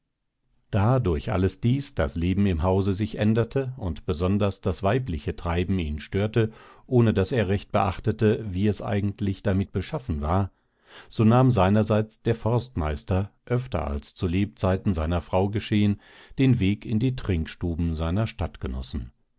da durch alles dies das leben im hause sich änderte und besonders das weibliche treiben ihn störte ohne daß er recht beachtete wie es eigentlich damit beschaffen war so nahm seinerseits der forstmeister öfter als zu lebzeiten seiner frau geschehen den weg in die trinkstuben seiner